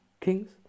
kings